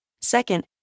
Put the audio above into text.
Second